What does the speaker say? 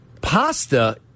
pasta